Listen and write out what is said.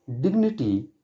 dignity